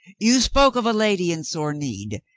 you spoke of a lady in sore need.